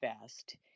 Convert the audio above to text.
best